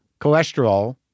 cholesterol